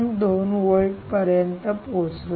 2 volt पर्यंत पोहोचला आहे